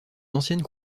anciennes